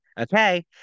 Okay